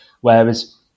whereas